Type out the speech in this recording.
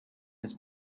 his